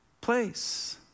place